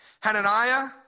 Hananiah